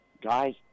guys